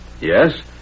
Yes